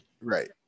right